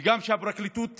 וגם שהפרקליטות תדע,